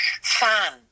fan